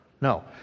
no